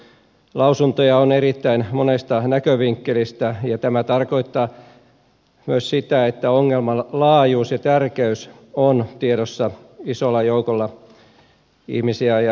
lausuntoja on erittäin monesta näkövinkkelistä ja tämä tarkoittaa myös sitä että ongelman laajuus ja tärkeys ovat tiedossa isolla joukolla ihmisiä ja asiantuntijoita